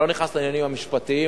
אני לא נכנס לעניינים המשפטיים,